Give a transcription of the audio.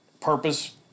purpose